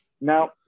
Now